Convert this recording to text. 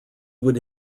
would